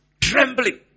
trembling